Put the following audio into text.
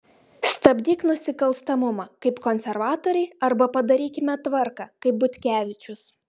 stabdyk nusikalstamumą kaip konservatoriai arba padarykime tvarką kaip butkevičius